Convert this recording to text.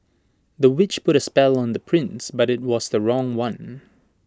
the witch put A spell on the prince but IT was the wrong one